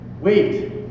wait